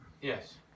Yes